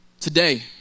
Today